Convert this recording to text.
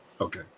Okay